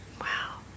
Wow